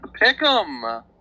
Pick'em